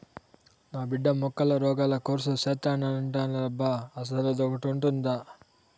నా బిడ్డ మొక్కల రోగాల కోర్సు సేత్తానంటాండేలబ్బా అసలదొకటుండాదా